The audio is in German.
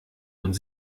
und